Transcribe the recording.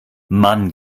mann